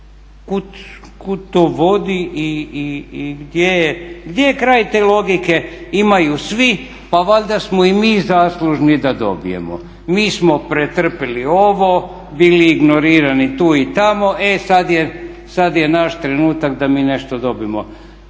Kud to vodi i gdje je kraj te logike? Imaju svi, pa valjda smo i mi zaslužni da dobijemo. Mi smo pretrpili ovo, bili ignorirani tu i tamo. E sad je naš trenutak da mi nešto dobimo.